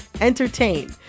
entertain